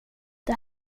det